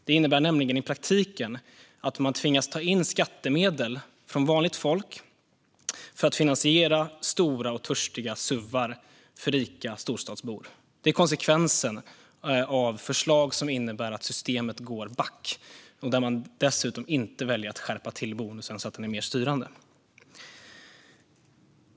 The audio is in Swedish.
Det innebär nämligen i praktiken att man tvingas ta in skattemedel från vanligt folk för att finansiera stora och törstiga suvar för rika storstadsbor. Det är konsekvensen av förslag som innebär att systemet går back och där man dessutom inte väljer att skärpa bonusen så att den är mer styrande.